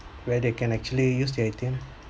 where they can actually use the A_T_M